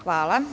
Hvala.